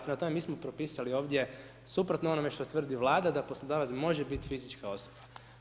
Prema tome, mi smo propisali ovdje suprotno onome što tvrdi Vlada, da poslodavac može biti fizička osoba.